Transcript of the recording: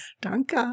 Danke